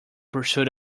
pursuit